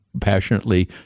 passionately